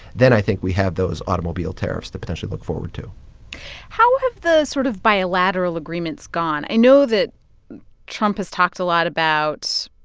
then i think we have those automobile tariffs to potentially look forward to how have the sort of bilateral agreements gone? i know that trump has talked a lot about